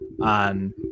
on